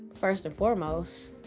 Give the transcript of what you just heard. first and foremost,